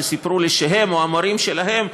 שסיפרו לי שהם או המורים שלהם,